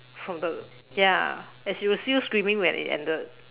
from the ya and she was still screaming when it ended